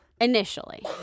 initially